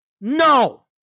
No